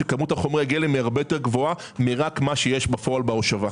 שכמות חומרי הגלם הרבה יותר גבוהה ממה שיש בפועל בהושבה.